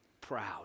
proud